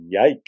Yikes